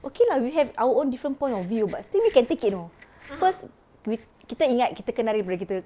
okay lah we have our own different point of view but still we can take it you know cause we kita ingat kita kenal daripada kita